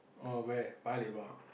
oh where Paya-Lebar